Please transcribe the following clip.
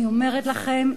אני אומרת לכם,